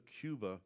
Cuba